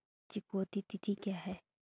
चुकौती तिथि क्या है?